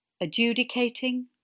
Adjudicating